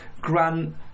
Grant